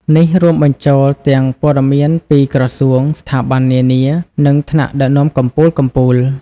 នេះរួមបញ្ចូលទាំងព័ត៌មានពីក្រសួង ស្ថាប័ននានា និងថ្នាក់ដឹកនាំកំពូលៗ។